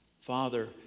Father